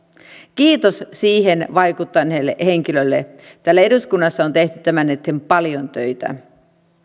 kiitos siihen vaikuttaneelle henkilölle täällä eduskunnassa on tehty tämän eteen paljon töitä